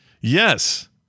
Yes